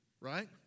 Right